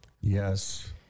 Yes